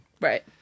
Right